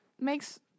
Makes